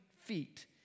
feet